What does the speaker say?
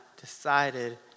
decided